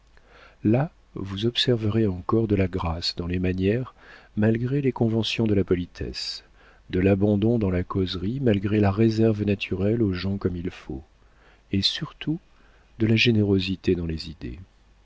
là vous observerez encore de la grâce dans les manières malgré les conventions de la politesse de l'abandon dans la causerie malgré la réserve naturelle aux gens comme il faut et surtout de la générosité dans les idées